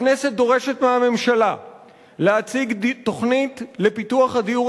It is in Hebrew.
הכנסת דורשת מהממשלה להציג תוכנית לפיתוח הדיור